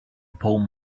poem